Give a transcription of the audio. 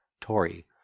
Tory